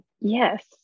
Yes